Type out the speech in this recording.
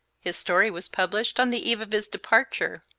his story was published on the eve of his departure.